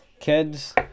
kids